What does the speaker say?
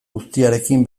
guztiarekin